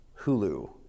Hulu